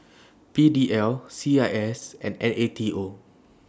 P D L C I S and N A T O